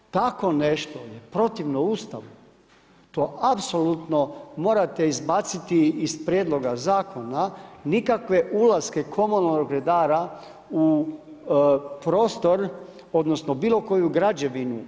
Tako nešto je protivno Ustavu, to apsolutno morate odbaciti iz prijedloga zakona, nikakve ulaske komunalnog redara u prostor odnosno bilo koju građevinu.